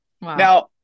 Now